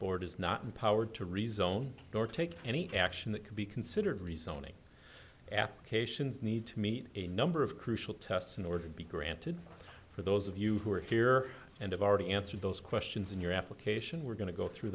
board is not empowered to rezone nor take any action that could be considered rezoning applications need to meet a number of crucial tests in order to be granted for those of you who are here and have already answered those questions in your application we're going to go through